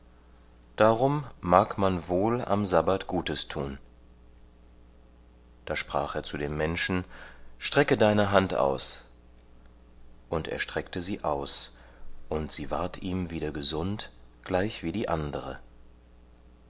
darum mag man wohl am sabbat gutes tun da sprach er zu dem menschen strecke deine hand aus und er streckte sie aus und sie ward ihm wieder gesund gleichwie die andere